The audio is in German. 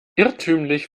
irrtümlich